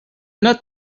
not